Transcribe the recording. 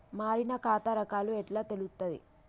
మారిన ఖాతా రకాలు ఎట్లా తెలుత్తది?